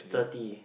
thirty